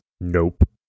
Nope